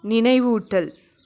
நினைவூட்டல்